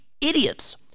idiots